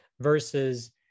Versus